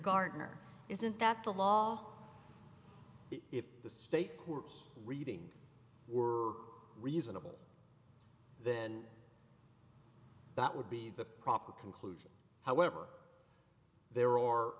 gardener isn't that the law if the state courts reading were reasonable then that would be the proper conclusion however there are